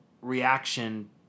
reaction